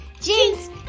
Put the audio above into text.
jinx